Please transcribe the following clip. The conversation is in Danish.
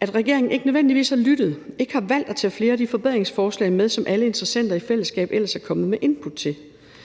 altså at regeringen ikke nødvendigvis har lyttet og ikke har valgt at tage flere af de forbedringsforslag med, som alle interessenter i fællesskab ellers er kommet med input til.